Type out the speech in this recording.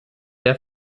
der